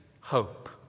Hope